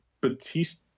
batista